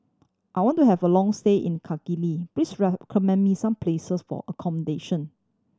I want to have a long stay in Kigali please recommend me some places for accommodation